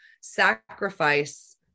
sacrifice